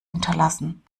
unterlassen